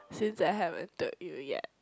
since I haven't told you yet